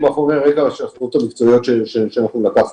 מצדיק, שאסור לפרסם את זה וזה בצדק.